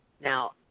Now